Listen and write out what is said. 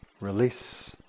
release